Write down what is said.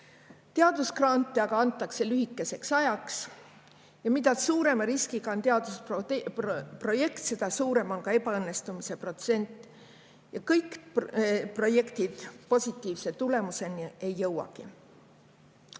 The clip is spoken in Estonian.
Teadusgrante aga antakse lühikeseks ajaks. Ja mida suurema riskiga on teadusprojekt, seda suurem on ka ebaõnnestumise protsent. Kõik projektid positiivse tulemuseni ei